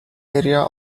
area